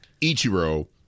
Ichiro